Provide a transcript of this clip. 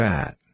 Fat